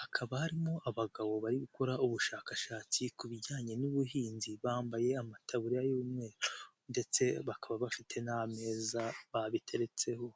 hakaba harimo abagabo bari gukora ubushakashatsi ku bijyanye n'ubuhinzi bambaye amataburiya y'umweru ndetse bakaba bafite n'ameza babiteretseho.